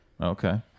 Okay